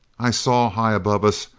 i saw, high above us,